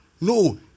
No